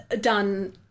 done